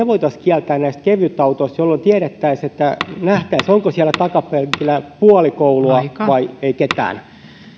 voitaisiin kieltää näistä kevytautoista jolloin nähtäisiin onko siellä takapenkillä puoli koulua vai ei ketään